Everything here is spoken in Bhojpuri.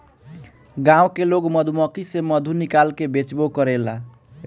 गाँव के लोग मधुमक्खी से मधु निकाल के बेचबो करेला